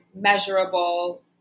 measurable